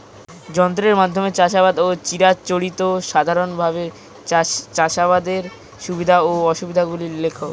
যন্ত্রের মাধ্যমে চাষাবাদ ও চিরাচরিত সাধারণভাবে চাষাবাদের সুবিধা ও অসুবিধা গুলি লেখ?